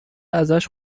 ازش